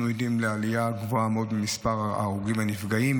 אנחנו עדים לעלייה גבוהה מאוד במספר ההרוגים והנפגעים.